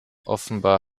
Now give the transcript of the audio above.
offenbar